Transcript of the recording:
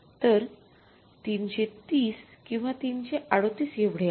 तर ३३० किंवा ३३८ एवढे आहेत